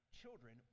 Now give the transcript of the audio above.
children